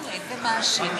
אתה מבייש את הכנסת,